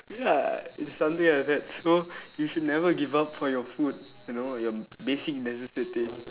ya it's something like that so you should never give up for you food you know your basic necessity